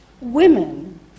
women